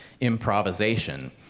improvisation